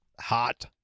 Hot